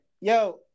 Yo